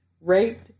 raped